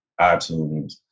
iTunes